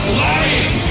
lying